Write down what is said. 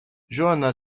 johanna